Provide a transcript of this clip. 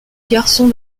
garçon